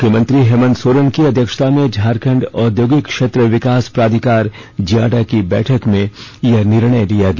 मुख्यमंत्री हेमन्त सोरेन की अध्यक्षता में झारखंड औद्योगिक क्षेत्र विकास प्राधिकार जियाडा की बैठक में यह निर्णय लिया गया